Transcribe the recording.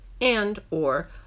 and/or